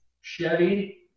chevy